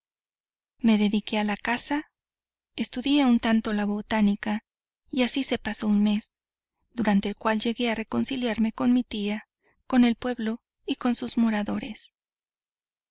me dediqué a la caza estudié un tanto la botánica y así se pasó un mes durante el cual llegué a reconciliarme con mi tía con el pueblo y con sus moradores